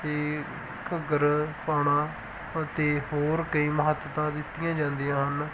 ਅਤੇ ਘੱਗਰ ਪਾਉਣਾ ਅਤੇ ਹੋਰ ਕਈ ਮਹੱਤਤਾ ਦਿੱਤੀਆਂ ਜਾਂਦੀਆਂ ਹਨ